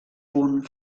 punt